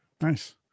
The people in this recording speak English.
Nice